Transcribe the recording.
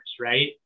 right